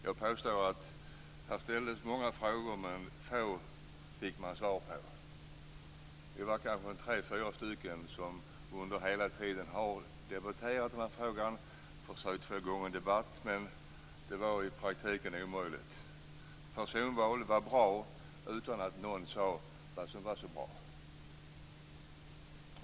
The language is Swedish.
Jag påstår dock att det ställdes många frågor men man fick svar på få. Vi var kanske tre fyra stycken som under hela tiden debatterade den här frågan och försökte få i gång en debatt. Men det var i praktiken omöjligt. Personval var bra utan att någon sade vad som var så bra.